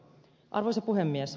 arvoisa puhemies